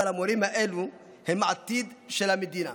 אבל המורים האלה הם העתיד של המדינה,